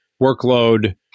workload